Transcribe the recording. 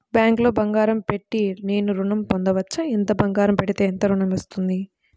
బ్యాంక్లో బంగారం పెట్టి నేను ఋణం పొందవచ్చా? ఎంత బంగారం పెడితే ఎంత ఋణం వస్తుంది?